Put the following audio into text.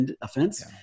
offense